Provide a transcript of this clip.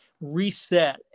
reset